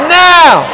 now